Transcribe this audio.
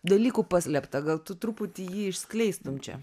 dalykų paslėpta gal tu truputį jį išskleistum čia